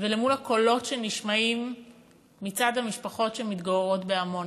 ולמול הקולות שנשמעים מצד המשפחות שמתגוררות בעמונה.